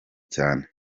cyane